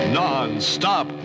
non-stop